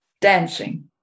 dancing